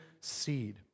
seed